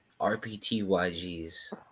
RPTYG's